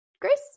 Grace